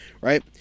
right